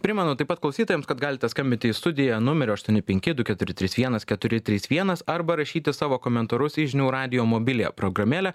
primenu taip pat klausytojams kad galite skambinti į studiją numeriu aštuoni penki du keturi trys vienas keturi trys vienas arba rašyti savo komentarus į žinių radijo mobiliąją programėlę